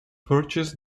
purchased